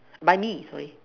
buy me sorry